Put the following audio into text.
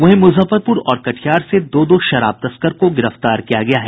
वहीं मुजफ्फरपुर और कटिहार से दो दो शराब तस्कर को गिरफ्तार किया गया है